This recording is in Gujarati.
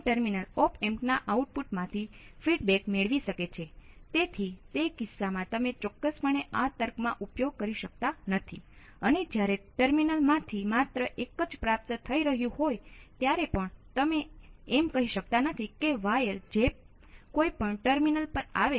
તેથી આ સૌ પ્રથમતો કિર્ચહોફના વિદ્યુત પ્રવાહના નિયમ ને અનુસરવામાં આવે છે